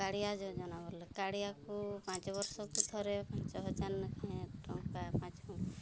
କାଳିଆ ଯୋଜନା ବୋଲେ କାଳିଆକୁ ପାଞ୍ଚବର୍ଷକୁ ଥରେ ପାଞ୍ଚହଜାର ନେଖାଏଁ ଟଙ୍କା ପାଞ୍ଚ